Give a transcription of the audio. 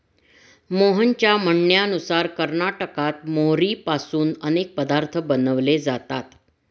मोहनच्या म्हणण्यानुसार कर्नाटकात मोहरीपासून अनेक पदार्थ बनवले जातात